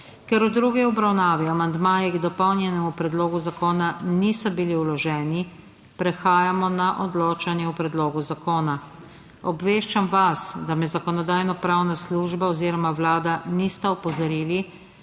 Ker v drugi obravnavi amandmaji k dopolnjenemu predlogu zakona niso bili vloženi, prehajamo na odločanje o predlogu zakona. Obveščam vas, da me Zakonodajnopravna služba oziroma Vlada nista opozorili,